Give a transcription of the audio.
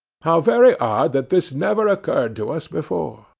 how very odd that this never occurred to us before!